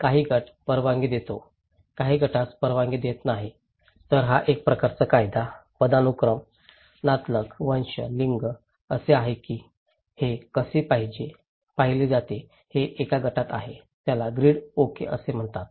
काही गट परवानगी देतो काही गटास परवानगी देत नाही तर हा एक प्रकारचा कायदा पदानुक्रम नातलग वंश लिंग असे आहे की हे कसे पाहिले जाते हे एका गटात आहे त्याला ग्रीड ओके असे म्हणतात